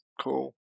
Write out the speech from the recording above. cool